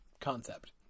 concept